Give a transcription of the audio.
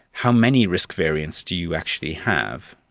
how many risk variants do you actually have?